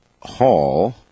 Hall